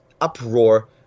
uproar